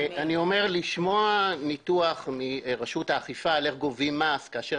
לשמוע ניתוח מרשות האכיפה אודות גביית מס כאשר